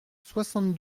soixante